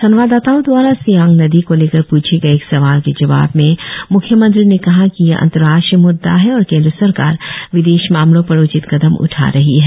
संवाददाताओं दवारा सियांग नदी को लेकर पूछे गए एक सवाल के जवाब में म्ख्यमंत्री ने कहा कि यह अंतर्राष्ट्रीय म्द्दा है और केंद्र सरकार विदेश मामलों पर उचित कदम उठा रही है